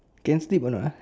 can sleep or not uh